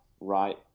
right